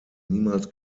niemals